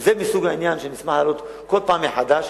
זה מסוג העניינים שאני אשמח לענות בכל פעם מחדש,